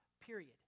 period